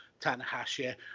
Tanahashi